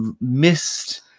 missed